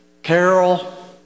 Carol